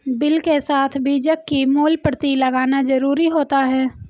bill के साथ बीजक की मूल प्रति लगाना जरुरी होता है